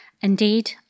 Indeed